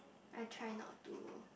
I try not to